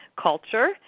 culture